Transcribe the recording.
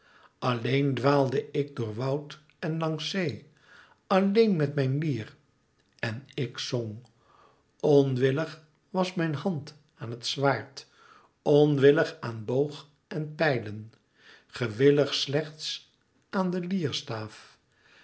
alleen dwaalde ik door woud en langs zee alleen met mijn lier en ik zng onwillig was mijn hand aan het zwaard onwillig aan boog en pijlen gewillig slechts aan de lierstaaf